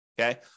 Okay